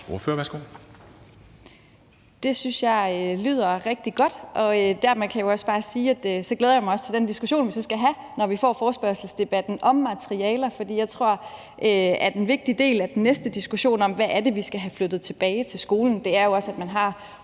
Rod (RV): Det synes jeg lyder rigtig godt. Dermed kan jeg også bare sige, at jeg glæder mig til den diskussion, vi skal have, når vi får forespørgselsdebatten om materialer. Jeg tror, at en vigtig del af den næste diskussion om, hvad vi skal have flyttet tilbage til skolen, er, at man har